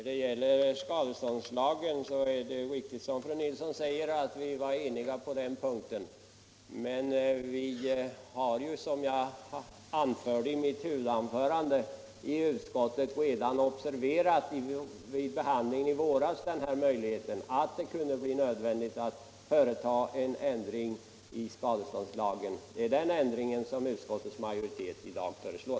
Herr talman! Det är riktigt att vi var eniga på den punkten beträffande skadeståndslagen. Men som jag sade i mitt huvudanförande observerade vi i utskottet redan vid behandlingen i våras att det skulle bli nödvändigt att göra en ändring i trafikskadelagen. Det är den ändringen som utskottsmajoriteten i dag föreslår.